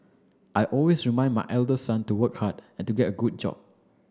I always remind my elder son to work hard and to get a good job